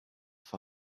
for